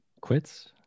Quits